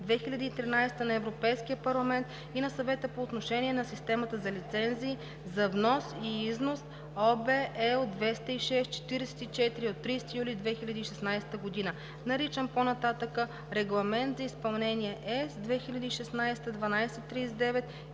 1308/2013 на Европейския парламент и на Съвета по отношение на системата за лицензии за внос и износ (OB, L 206/44 от 30 юли 2016 г.), наричан по-нататък „Регламент за изпълнение (ЕС) 2016/1239“